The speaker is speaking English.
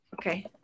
Okay